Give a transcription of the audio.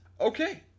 okay